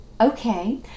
okay